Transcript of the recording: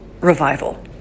revival